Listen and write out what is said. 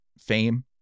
fame